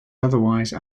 otherwise